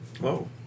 Whoa